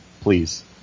please